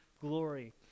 glory